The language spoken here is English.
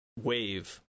wave